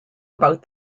about